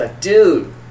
dude